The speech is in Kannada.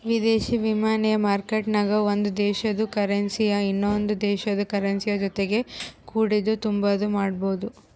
ವಿದೇಶಿ ವಿನಿಮಯ ಮಾರ್ಕೆಟ್ನಾಗ ಒಂದು ದೇಶುದ ಕರೆನ್ಸಿನಾ ಇನವಂದ್ ದೇಶುದ್ ಕರೆನ್ಸಿಯ ಜೊತಿಗೆ ಕೊಡೋದು ತಾಂಬಾದು ಮಾಡ್ಬೋದು